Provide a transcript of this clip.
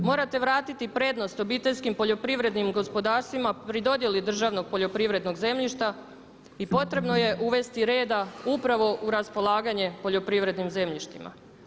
Morate vratiti prednost obiteljskim poljoprivrednim gospodarstvima pri dodjeli državnog poljoprivrednog zemljišta i potrebno je uvesti reda upravo u raspolaganje poljoprivrednim zemljištima.